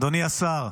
אדוני השר,